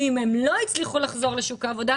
ואם הן לא הצליחו לחזור לשוק העבודה,